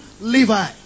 Levi